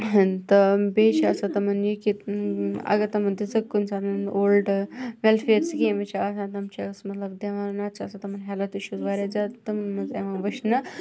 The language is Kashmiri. تہٕ بیٚیہِ چھِ آسان تمَن یہِ کہِ اَگَر تِمَن دِژٕکھ کُنہِ ساتَن اولڈٕ ویٚلفیر سکیٖمز چھِ آسان تِم چھِ أسۍ مَطلَب دِوان نَتہٕ چھِ آسان تِمَن ہیٚلٕتھ اِشوٗز واریاہ زیادٕ تمَن مَنٛز یِوان وٕچھنہٕ